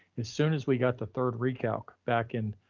as soon as we got the third re-calc back in